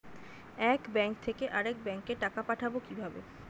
এক ব্যাংক থেকে আরেক ব্যাংকে টাকা পাঠাবো কিভাবে?